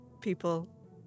people